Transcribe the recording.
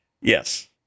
Yes